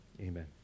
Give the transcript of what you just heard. Amen